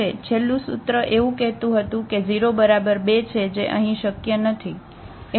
છેલ્લું સૂત્ર એવું કહેતું હતું કે 0 બરાબર 2 છે જે અહીં શક્ય નથી